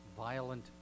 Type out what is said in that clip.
Violent